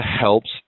helps